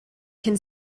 can